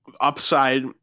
upside